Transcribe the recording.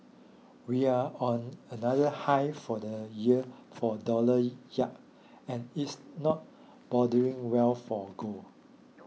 we're on another high for the year for dollar yields and it's not boding well for gold